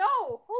no